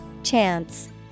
chance